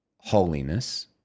holiness